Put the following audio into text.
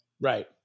right